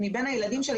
מבין הילדים שלי,